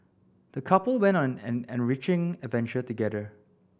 the couple went on an enriching adventure together